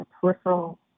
peripheral